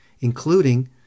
including